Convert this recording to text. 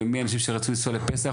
ומאנשים שרוצים לנסוע בפסח,